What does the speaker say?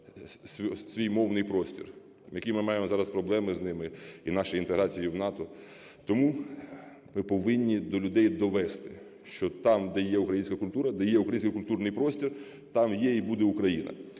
свій мовний простір, які ми маємо зараз проблеми з ними і в нашій інтеграції в НАТО. Тому ми повинні до людей довести, що там, де є українська культура, де є український культурний простір, там є і буде Україна.